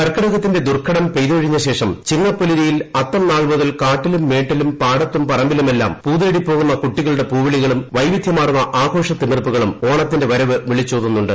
കർക്കിടകത്തിന്റെ ദുർഘടം പെയ്തൊഴിഞ്ഞ ശേഷം ചിങ്ങ പുലരിയിൽ അത്തം നാൾ മുതൽ കാട്ടിലും മേട്ടിലും പാടത്തും പറമ്പിലുമെല്ലാം പൂതേടി പോകുന്ന കുട്ടികളുടെ പൂവിളികളും വൈവിധ്യമാർന്ന ആഘോഷതിമിർപ്പുകളും ഓണത്തിന്റെ വരവ് വിളിച്ചോതുന്നുണ്ട്